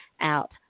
out